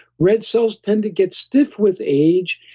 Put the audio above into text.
red cells tend to get stiff with age,